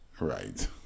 Right